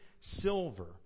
silver